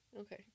okay